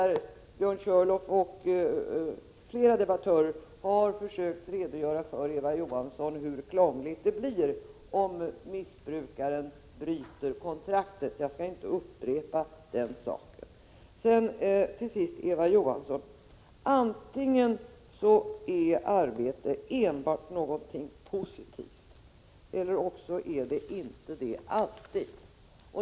Björn Körlof och flera debattörer har försökt redogöra för Eva Johansson hur krångligt det blir om missbrukaren bryter kontraktet. Jag skall inte upprepa den saken. Till sist, Eva Johansson, är arbete antingen någonting enbart positivt eller också är det inte det alltid.